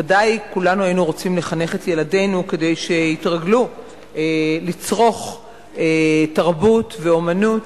ודאי כולנו היינו רוצים לחנך את ילדינו שיתרגלו לצרוך תרבות ואמנות,